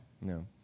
no